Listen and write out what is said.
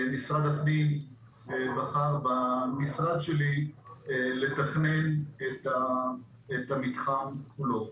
משרד הפנים בחר במשרד שלי לתכנן את המתחם כולו.